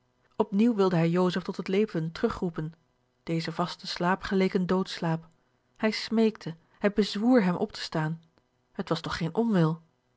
op nieuw wilde hij joseph tot het leven terugroepen deze vaste slaap geleek een doodslaap hij smeekte hij bezwoer hem op te staan het was toch geen onwil